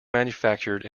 manufactured